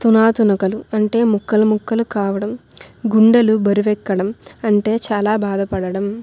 tuna తునకలు అంటే ముక్కలు ముక్కలు కావడం గుండెలు బరువు ఎక్కడ అంటే చాలా బాధపడడం